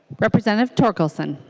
representative torkelson